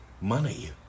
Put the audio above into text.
money